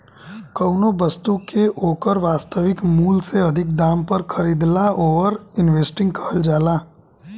कौनो बस्तु के ओकर वास्तविक मूल से अधिक दाम पर खरीदला ओवर इन्वेस्टिंग कहल जाला